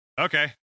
okay